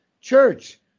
Church